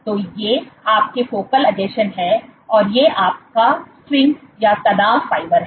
तो ये आपके फोकल आसंजन हैं और यह आपका स्ट्रिंग या तनाव फाइबर है